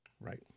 Right